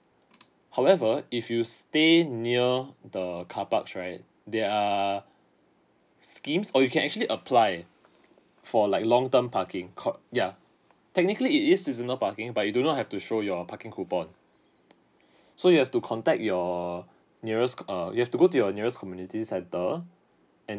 however if you stay near the carparks right there are schemes or you can actually apply for like long term parking called yeah technically it is seasonal parking but you do not have to show your parking coupon so you have to contact your nearest err you have to go to your nearest community centre